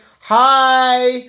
Hi